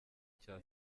cya